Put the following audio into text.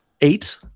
Eight